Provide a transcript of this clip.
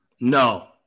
No